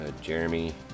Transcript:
Jeremy